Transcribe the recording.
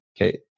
Okay